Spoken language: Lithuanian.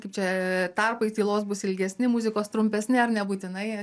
kaip čia tarpai tylos bus ilgesni muzikos trumpesni ar nebūtinai